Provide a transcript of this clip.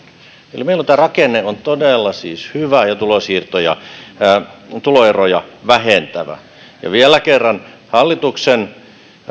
eli meillä tämä rakenne on todella hyvä ja tuloeroja vähentävä ja vielä kerran hallituksen